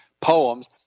poems